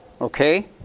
Okay